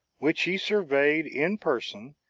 which he surveyed in person,